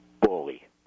bully